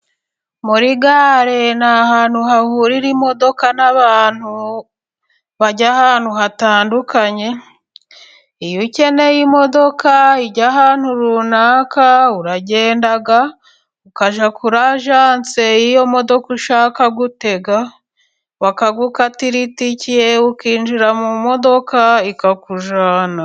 Muri gare ni ahantu hahurira imodoka n'abantu bajya ahantu hatandukanye, iyo ukeneye imodoka ijya ahantu runaka, uragenda ukajya kuri ajanse y'iyo modoka ushaka gutega, bakagukatira itike ukinjira mu modoka ikakujyana.